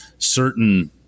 certain